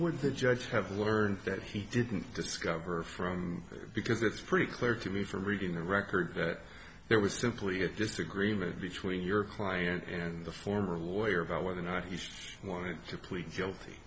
were the judges have learned that he didn't discover from there because it's pretty clear to me from reading the record that there was simply a disagreement between your client and the former lawyer about whether or not he's going to plead guilty